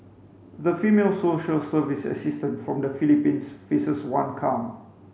the female social service assistant from the Philippines faces one count